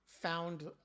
found